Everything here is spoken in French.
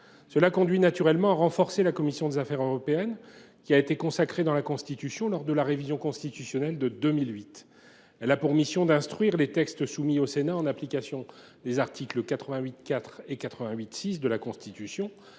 conduit naturellement à renforcer la commission des affaires européennes, laquelle a été consacrée dans la Constitution lors de la révision constitutionnelle de 2008. Elle a pour mission d’instruire les textes soumis au Sénat en application des articles 88 4 et 88 6 de la Constitution,